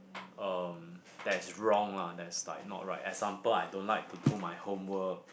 um that's wrong lah that's like not right example I don't like to do my homework